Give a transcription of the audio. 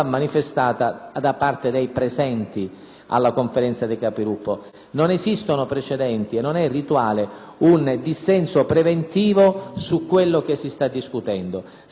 una lettera. PRESIDENTE. Non esistono precedenti e non è rituale un dissenso preventivo su quello che si sta discutendo. Sarebbe stata sufficiente - mi permetto di aggiungere